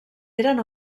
eren